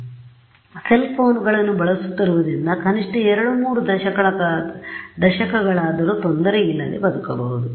ಆದ್ದರಿಂದ ಸೆಲ್ ಫೋನ್ಗಳನ್ನು ಬಳಸುತ್ತಿರುವುದರಿಂದ ಕನಿಷ್ಠ 2 3 ದಶಕಗಳಾದರೂ ತೊಂದರೆಯಿಲ್ಲದೆ ಬದುಕಬಹುದು